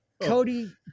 Cody